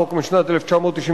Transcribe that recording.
החוק משנת 1998,